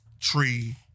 tree